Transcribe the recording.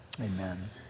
amen